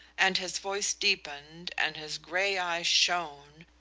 and his voice deepened, and his gray eyes shone,